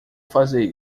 fazer